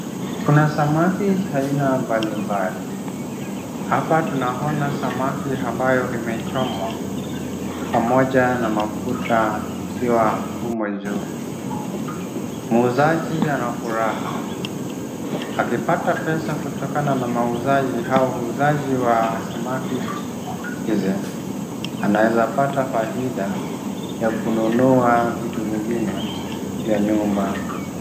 Kuna samaki aina mbali mbali, hapa tunaona samaki ambayo imechomwa pamoja na mafuta ikiwa humo juu, muuzaji ana furaha, akipata pesa kutokana na mauzaji au uzaji wa samaki hizi, anaweza pata faida ya kununua vitu vingine vya nyumba.